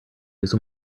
use